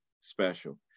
special